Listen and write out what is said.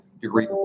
degree